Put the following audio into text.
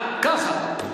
ככה.